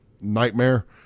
nightmare